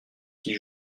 qui